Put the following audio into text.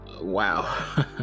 wow